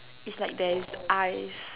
is like there is eyes